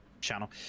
channel